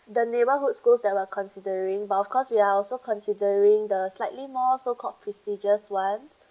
the neighbourhood schools that were considering but of course we are also considering the slightly more so called prestigious one